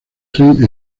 tren